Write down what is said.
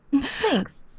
thanks